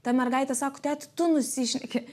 ta mergaitė sako teti tu nusišneki